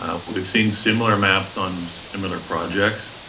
um but we've seen similar maps on similar projects.